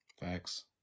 Facts